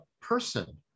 person